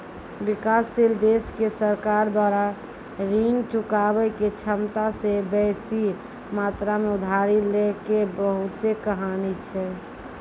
विकासशील देशो के सरकार द्वारा ऋण चुकाबै के क्षमता से बेसी मात्रा मे उधारी लै के बहुते कहानी छै